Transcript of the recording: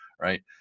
right